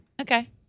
Okay